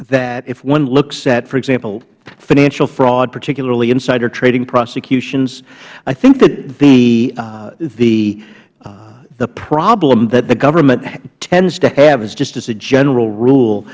that if one looks at for example financial fraud particularly insider trading prosecutions i think that the problem that the government tends to have is is just as a general rule